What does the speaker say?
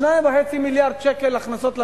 2.5 מיליארד שקלים הכנסות למדינה.